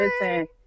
listen